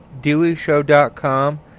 DeweyShow.com